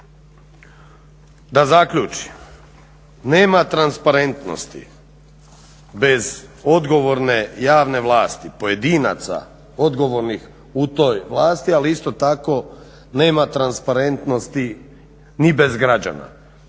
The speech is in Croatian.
Da zaključim, nema transparentnosti bez odgovorne javne vlasti pojedinaca odgovornih u toj vlasti, ali isto tako nema transparentnosti ni bez građana.